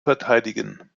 verteidigen